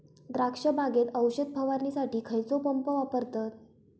द्राक्ष बागेत औषध फवारणीसाठी खैयचो पंप वापरतत?